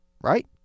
Right